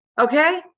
okay